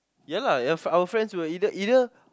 ya lah ya our friends who were either either